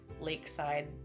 lakeside